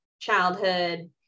childhood